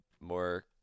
more